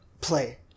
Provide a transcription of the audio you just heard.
play